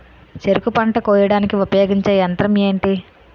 చెరుకు పంట కోయడానికి ఉపయోగించే యంత్రం ఎంటి?